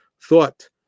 thought